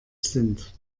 sind